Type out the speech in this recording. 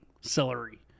celery